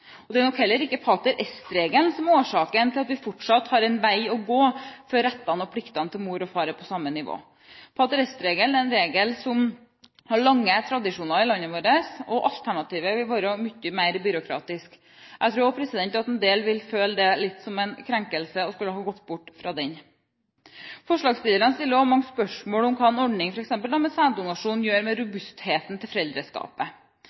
Det er nok heller ikke pater est-regelen som er årsaken til at vi fortsatt har en vei å gå før rettene og pliktene til mor og far er på samme nivå. Pater est-regelen har lange tradisjoner i landet vårt, og alternativet ville være mye mer byråkratisk. Jeg tror også at en del ville følt det litt som en krenkelse å gå bort fra den. Forslagsstillerne stiller også mange spørsmål om hva f.eks. en ordning med sæddonasjon gjør med robustheten til foreldreskapet.